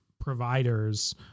providers